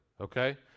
okay